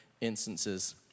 instances